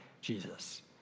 Jesus